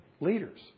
Leaders